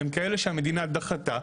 הם כאלה שהמדינה דחתה.